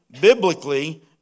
biblically